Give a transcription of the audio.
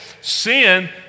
sin